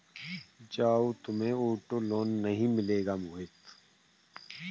जाओ, तुम्हें auto loan नहीं मिलेगा मोहित